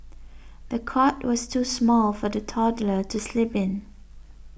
the cot was too small for the toddler to sleep in